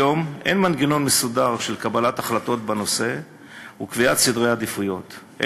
היום אין מנגנון מסודר של קבלת החלטות בנושא וקביעת סדרי עדיפויות,